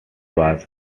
was